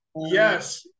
Yes